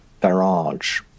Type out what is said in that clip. barrage